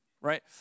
right